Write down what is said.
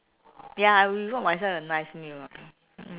ya I will cook myself a nice meal